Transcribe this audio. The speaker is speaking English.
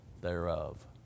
thereof